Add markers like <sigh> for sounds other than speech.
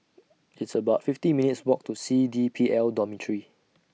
<noise> It's about fifty minutes' Walk to C D P L Dormitory